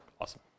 Awesome